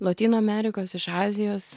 lotynų amerikos iš azijos